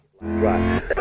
Right